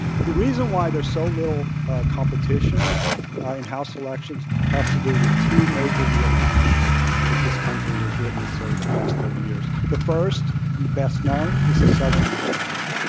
the reason why there's so little competition in house elections has to do with two major realignments that this country has witnessed over the past thirty years. the first and the best known is the southern realignment,